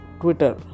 twitter